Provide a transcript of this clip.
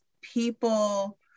people